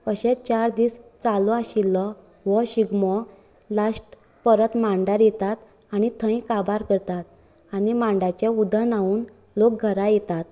अशेंच चार दीस चालू आशिल्लो वो शिगमो लाश्ट परत मांडार येतात आनी थंय काबार करतात आनी मांडाचें उदक न्हांवून लोक घरा येतात